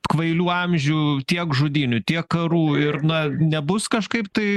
kvailių amžių tiek žudynių tiek karų ir na nebus kažkaip tai